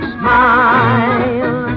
smile